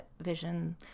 vision